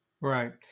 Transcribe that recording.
Right